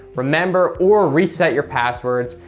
remember, or reset your passwords.